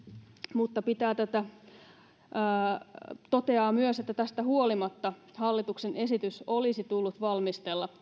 mutta toteaa myös että tästä huolimatta hallituksen esitys olisi tullut valmistella